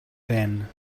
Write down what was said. then